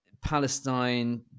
Palestine